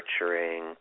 nurturing